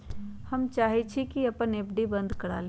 हम चाहई छी कि अपन एफ.डी बंद करा लिउ